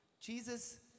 Jesus